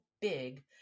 big